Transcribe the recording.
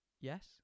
Yes